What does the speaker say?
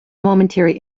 momentary